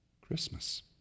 Christmas